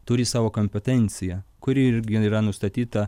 turi savo kompetenciją kuri irgi yra nustatyta